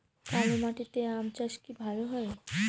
কালো মাটিতে আম চাষ কি ভালো হয়?